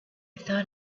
thought